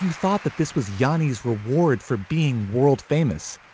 thought that this was johnny's reward for being world famous,